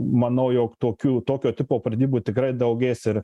manau jog tokių tokio tipo pratybų tikrai daugės ir